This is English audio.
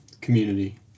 Community